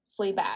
Fleabag